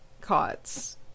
cots